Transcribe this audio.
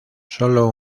solo